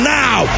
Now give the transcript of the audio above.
now